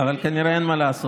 אבל כנראה אין מה לעשות.